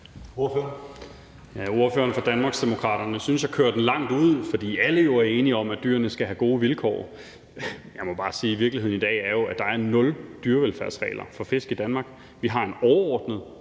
Ordføreren fra Danmarksdemokraterne synes, jeg kører den langt ud, fordi alle er enige om, at dyrene skal have gode vilkår. Jeg må bare sige: Virkeligheden i dag er jo, at der er nul dyrevelfærdsregler for fisk i Danmark. Vi har en overordnet